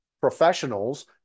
professionals